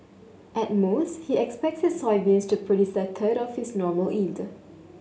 at most he expects his soybeans to produce a third of their normal yield